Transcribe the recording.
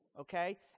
Okay